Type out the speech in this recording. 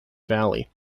valley